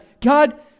God